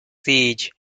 siege